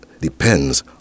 depends